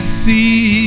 see